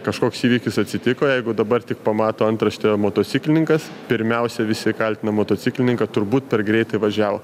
kažkoks įvykis atsitiko jeigu dabar tik pamato antraštę motociklininkas pirmiausia visi kaltina motociklininką turbūt per greitai važiavo